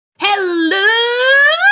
Hello